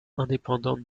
indépendante